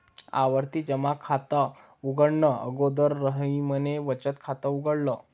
आवर्ती जमा खात उघडणे अगोदर रहीमने बचत खात उघडल